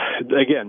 again